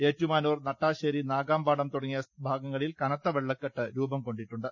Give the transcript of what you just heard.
ഏറ്റുമാനൂർ നട്ടാശ്ശേരി നാഗമ്പടം തുടങ്ങിയ ഭാഗങ്ങളിൽ കനത്ത വെള്ളക്കെട്ട് രൂപംകൊണ്ടിട്ടുണ്ട്